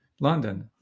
London